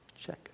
Check